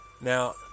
Now